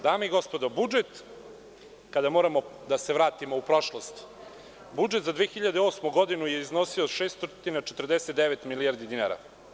Dame i gospodo, kada moramo da se vratimo u prošlost, budžet za 2008. godinu je iznosio 649 milijardi dinara.